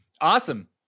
Awesome